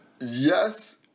Yes